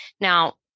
Now